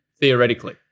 theoretically